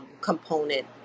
Component